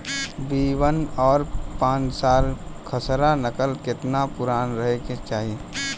B one और पांचसाला खसरा नकल केतना पुरान रहे के चाहीं?